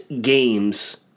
games